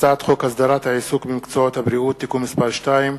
הצעת חוק הסדרת העיסוק במקצועות הבריאות (תיקון מס' 2),